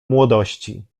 młodości